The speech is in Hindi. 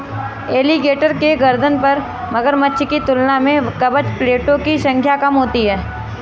एलीगेटर के गर्दन पर मगरमच्छ की तुलना में कवच प्लेटो की संख्या कम होती है